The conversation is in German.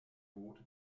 boot